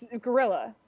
gorilla